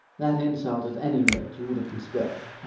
that insult, at any rate, you would have been spared.